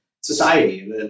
society